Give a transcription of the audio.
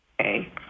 Okay